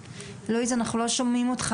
לואיס אנחנו לא שומעים אותך,